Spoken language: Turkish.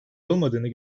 olmadığını